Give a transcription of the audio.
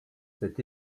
cet